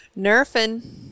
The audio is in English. Nerfing